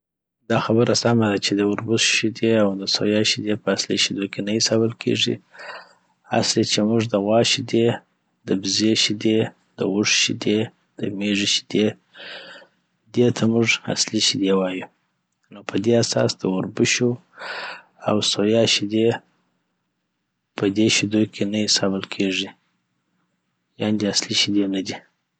آ داخبره سمه ده چي داوربشو شیدې، او دسویا شیدې، په اصلي شیدو کي نه حساب بل کیږي اصلي چی مونږ دغوا شیدې، دبزې شیدې، داوښ شیدې، دمیږې شیدې دی ته مونږ اصلي شیدې وایو نو پدي اساس د اوربشو او سویا شیدې پدی شېدو کی نه حساب بل کیږې یعنی اصلی شیدې ندي